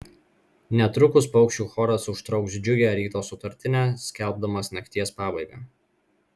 netrukus paukščių choras užtrauks džiugią ryto sutartinę skelbdamas nakties pabaigą